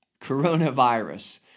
coronavirus